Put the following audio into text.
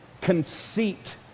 conceit